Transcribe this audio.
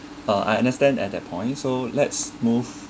uh I understand at that point so let's move